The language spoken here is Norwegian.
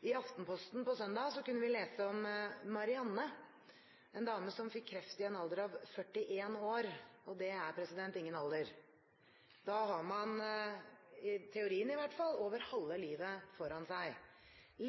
I Aftenposten på søndag kunne vi lese om Marianne – en dame som fikk kreft i en alder av 41 år. Det er ingen alder. Da har man, i teorien i hvert fall, over halve livet foran seg.